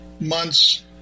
month's